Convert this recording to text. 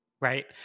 Right